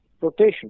rotation